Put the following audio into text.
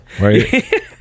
right